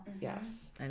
yes